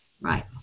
Right